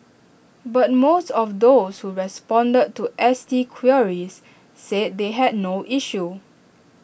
but most of those who responded to S T queries said they had no issue